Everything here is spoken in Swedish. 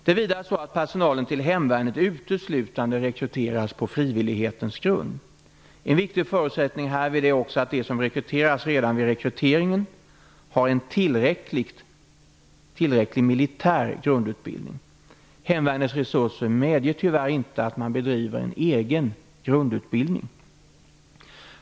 Det är vidare så att personalen till hemvärnet uteslutande rekryteras på frivillighetens grund. En viktig förutsättning härvid är också att de som rekryteras redan vid rekryteringen har en tillräck lig militär grundutbildning. Hemvärnets resurser medger tyvärr inte att man bedriver egen grund utbildning.